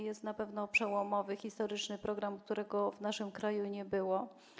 Jest to na pewno przełomowy, historyczny program, którego dotąd w naszym kraju nie było.